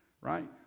right